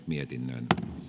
mietintöä